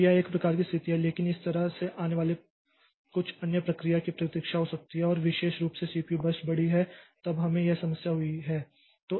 तो यह एक प्रकार की स्थिति है लेकिन इस तरह से आने वाली कुछ अन्य प्रक्रिया की प्रतीक्षा हो सकती है और विशेष रूप से सीपीयू बर्स्ट बड़ी है तब हमें यह समस्या हुई है